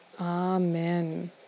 Amen